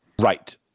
Right